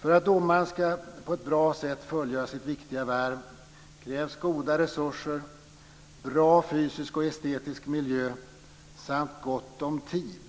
För att domaren på ett bra sätt ska fullgöra sitt viktiga värv krävs goda resurser, bra fysisk och estetisk miljö samt gott om tid.